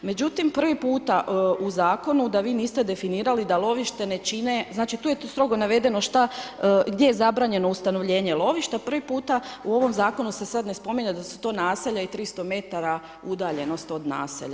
Međutim prvi puta u zakonu da vi niste definirali da lovište ne čine, znači tu je strogo navedeno šta, gdje je zabranjeno ustanovljenje lovišta, prvi puta u ovom zakonu se sad ne spominje da su to naselja i 300 m udaljenost od naselja.